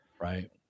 Right